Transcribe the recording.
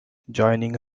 joining